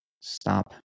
stop